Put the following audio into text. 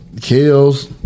Kills